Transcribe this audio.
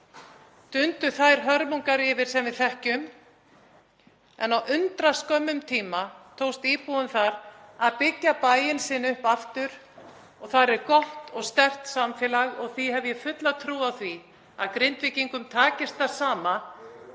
yfir þær hörmungar sem við þekkjum en á undraskömmum tíma tókst íbúum þar að byggja bæinn sinn upp aftur og þar er gott og sterkt samfélag. Því hef ég fulla trú á því að Grindvíkingum takist það sama,